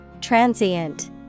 Transient